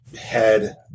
head